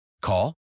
Call